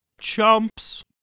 chumps